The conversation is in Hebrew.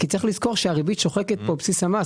כי צריך לזכור שהריבית שוחקת כאן בסיס המס.